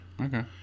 Okay